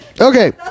Okay